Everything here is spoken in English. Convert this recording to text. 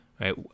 right